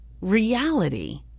reality